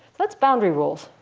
that's boundary rules.